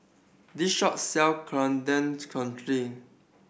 this shop sell Coriander Chutney